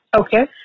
Okay